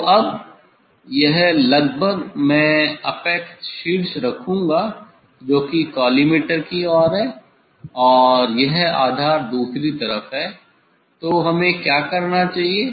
तो अब यह लगभग मैं एपेक्स शीर्ष रखूँगा जो कि कॉलीमटोर की ओर है और यह आधार दूसरी तरफ है तो हमें क्या करना चाहिए